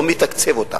לא מתקצב אותם,